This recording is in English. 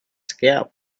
scared